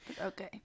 Okay